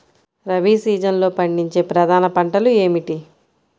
రబీ సీజన్లో పండించే ప్రధాన పంటలు ఏమిటీ?